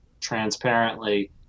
transparently